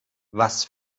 was